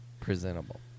presentable